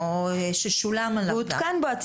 הותקן.